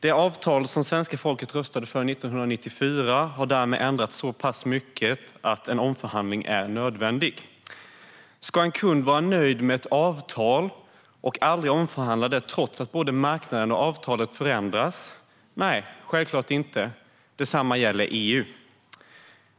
Det avtal som svenska folket röstade för 1994 har därmed ändrats så pass mycket att en omförhandling är nödvändig. Ska en kund vara nöjd med ett avtal och aldrig omförhandla det, trots att både marknaden och avtalet har förändrats? Nej, självklart inte. Detsamma gäller EU.